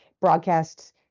broadcasts